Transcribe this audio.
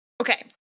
okay